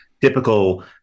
typical